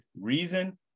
reason